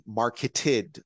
marketed